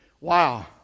Wow